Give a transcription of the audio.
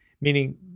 Meaning